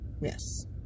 Yes